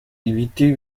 ibiti